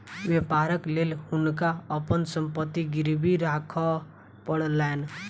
व्यापारक लेल हुनका अपन संपत्ति गिरवी राखअ पड़लैन